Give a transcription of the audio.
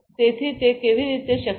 તેથી તે કેવી રીતે શક્ય છે